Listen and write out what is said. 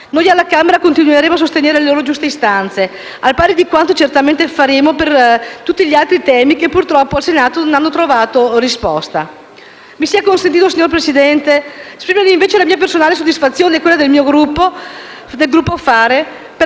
Noi alla Camera continueremo a sostenere le loro giuste istanze, al pari di quanto certamente faremo per tutti gli altri temi che purtroppo in Senato non hanno trovato risposta. Mi sia consentito, signora Presidente, esprimere la mia personale soddisfazione e quella del Gruppo Fare! per